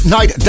Night